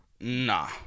Nah